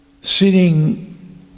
sitting